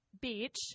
beach